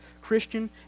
Christian